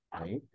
right